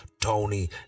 Tony